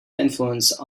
influence